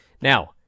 Now